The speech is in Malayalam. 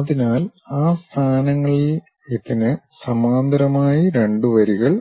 അതിനാൽ ആ സ്ഥാനങ്ങളിൽ ഇതിന് സമാന്തരമായി രണ്ട് വരികൾ